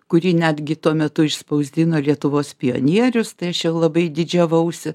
kurį netgi tuo metu išspausdino lietuvos pionierius tai aš jau labai didžiavausi